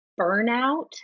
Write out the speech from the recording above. Burnout